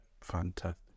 Fantastic